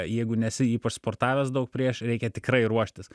jeigu nesi ypač sportavęs daug prieš reikia tikrai ruoštis